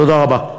תודה רבה.